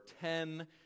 ten